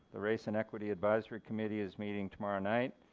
the race and equity advisory committee is meeting tomorrow night,